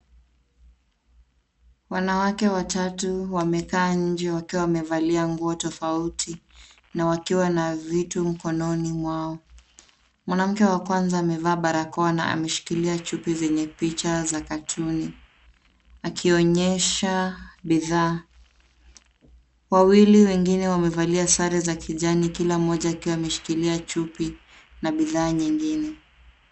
Wanawake watatu wamekaa nje wakia wamevalia nguo tofauti na wakiwa na vitu mkononi mwao. Mwanamke wa kwanza amevaa barakoa na ameshkilia chupi zenye picha za katuni, akionyesha bidhaa. Wawili wengine wamevalia sare za kijani, kila mmoja akiwa ameshkilia chupi na bidhaa nyingine.